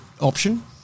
option